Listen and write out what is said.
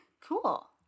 Cool